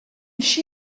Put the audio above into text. she